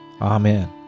amen